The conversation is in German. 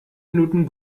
minuten